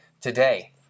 today